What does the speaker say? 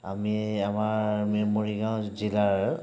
আমি আমাৰ আমি মৰিগাঁও জিলাৰ